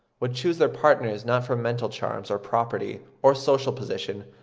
would choose their partners not for mental charms, or property, or social position,